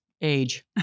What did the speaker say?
Age